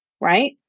right